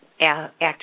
act